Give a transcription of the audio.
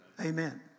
Amen